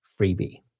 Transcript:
freebie